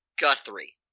Guthrie